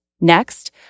Next